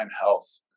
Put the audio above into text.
health